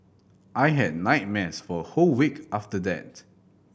I had nightmares for a whole week after that